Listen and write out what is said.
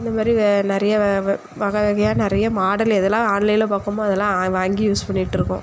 இந்த மாதிரி வே நிறைய வ வ வக வகையாக நிறைய மாடல் எதெல்லாம் ஆன்லைனில் பார்ப்பமோ அதெல்லாம் வாங்கி யூஸ் பண்ணிட்டுருக்கோம்